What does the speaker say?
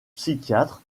psychiatre